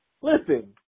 Listen